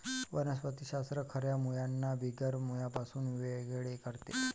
वनस्पति शास्त्र खऱ्या मुळांना बिगर मुळांपासून वेगळे करते